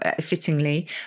fittingly